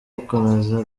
gukomeza